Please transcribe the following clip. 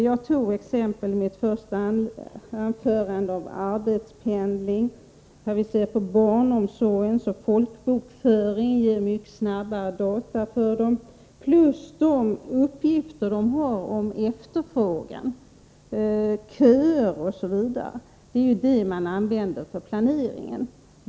Jag togi mitt första anförande upp exemplet med arbetspendling och hur vi planerar barnomsorgen. Folkbokföringen ger inte data om efterfrågan, köer, osv. Det är ju dessa man använder för planeringen.